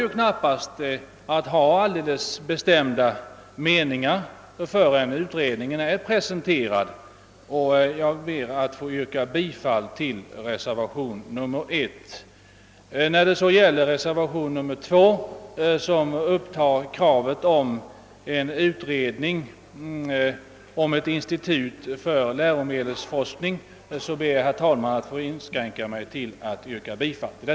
Det är knappast möjligt att hysa några bestämda meningar innan utredningens resultat presenterats. — Jag ber därför, herr talman, att få yrka bifall till reservationen 1. När det gäller reservationen 2, i vilken begärs en utredning av formerna för ett institut för läromedelsforskning, inskränker jag mig till ett bifallsyrkande.